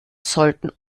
sollten